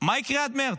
מה יקרה עד מרץ?